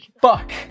Fuck